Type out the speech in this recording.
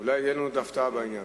אולי עוד תהיה לנו הפתעה בעניין.